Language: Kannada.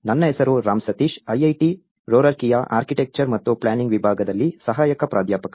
ನನ್ನ ಹೆಸರು ರಾಮ್ ಸತೀಶ್ ಐಐಟಿ ರೂರ್ಕಿಯ ಆರ್ಕಿಟೆಕ್ಚರ್ ಮತ್ತು ಪ್ಲಾನಿಂಗ್ ವಿಭಾಗದಲ್ಲಿ ಸಹಾಯಕ ಪ್ರಾಧ್ಯಾಪಕ